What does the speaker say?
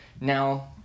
Now